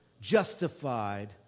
justified